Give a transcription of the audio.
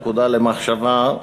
נקודה למחשבה,